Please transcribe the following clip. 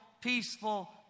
peaceful